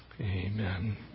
Amen